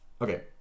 Okay